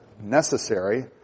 necessary